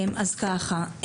אז ככה,